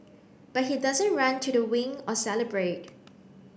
but he doesn't run to the wing or celebrate